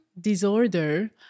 disorder